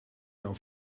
auf